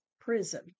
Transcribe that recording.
prison